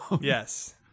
Yes